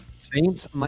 Saints